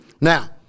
Now